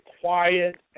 quiet